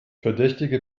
verdächtige